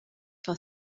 for